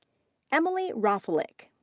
emily rafalik.